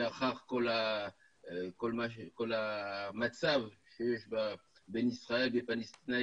אחרי כל המצב שיש בין ישראל והפלסטינאים.